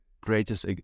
greatest